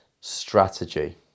strategy